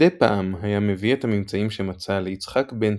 מדי פעם היה מביא את הממצאים שמצא ליצחק בן-צבי,